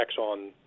on